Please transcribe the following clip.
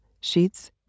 sheets